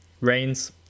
rains